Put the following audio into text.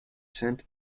saint